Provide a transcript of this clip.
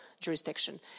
jurisdiction